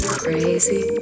crazy